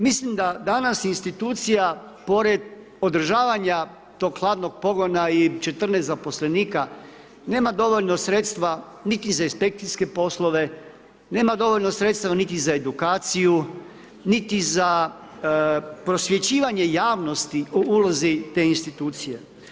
Mislim da danas institucija, pored odražavanja tog hladnog pogodna i 14 zaposlenika nema dovoljno sredstva niti za inspekcije poslove, nema dovoljno sredstva niti za edukaciju, niti za prosvjećivanje javnosti o ulozi te institucije.